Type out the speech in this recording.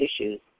issues